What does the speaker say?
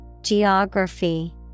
Geography